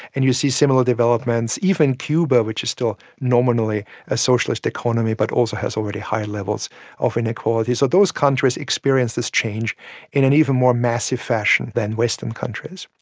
and you see similar developments, even cuba which is still nominally a socialist economy but also has already high levels of inequality. so those countries experienced this change in an even more massive fashion than western countries.